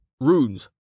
Runes